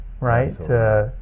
right